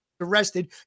arrested